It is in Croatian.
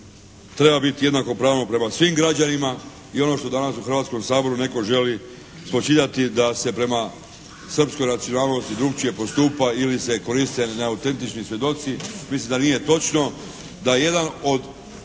treba biti jednakopravno prema svim građanima i ono što danas u Hrvatskom saboru netko želi spočitati da se prema srpskoj nacionalnosti drukčije postupa ili se koriste neautentični svjedoci. Mislim da nije točno. Da jedan od